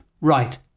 Right